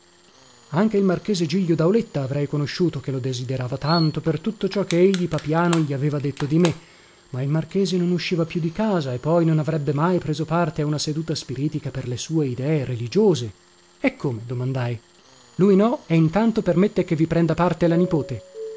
anche il marchese giglio dauletta avrei conosciuto che lo desiderava tanto per tutto ciò che egli papiano gli aveva detto di me ma il marchese non usciva più di casa e poi non avrebbe mai preso parte a una seduta spiritica per le sue idee religiose e come domandai lui no e intanto permette che vi prenda parte la nipote